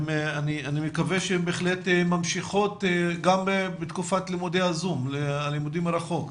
אני מקווה שהן בהחלט ממשיכות גם בתקופת הלימודים מרחוק,